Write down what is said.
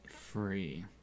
Free